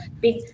big